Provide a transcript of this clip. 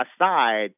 aside